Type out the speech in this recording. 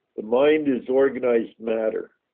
the mind is organized matter.